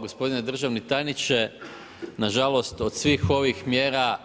Gospodine državni tajniče, nažalost od svih ovih mjera